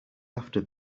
after